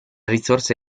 risorsa